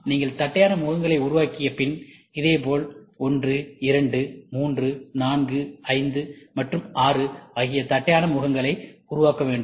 நீங்கள் தட்டையான முகங்களை உருவாக்கிய பின்இதேபோல் 1 2 3 4 5 மற்றும் 6 ஆகிய தட்டையான முகங்களை உருவாக்க வேண்டும்